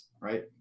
right